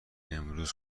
امروز